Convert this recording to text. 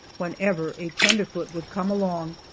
whenever a tenderfoot would come along,